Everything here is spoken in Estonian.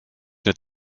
need